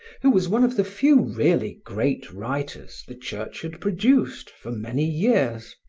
who was one of the few really great writers the church had produced for many years.